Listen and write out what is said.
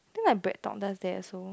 think like BreadTalk does that also